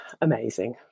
amazing